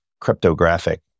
cryptographic